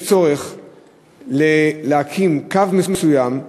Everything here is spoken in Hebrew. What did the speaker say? יש צורך להקים קו מסוים,